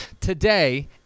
Today